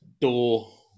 door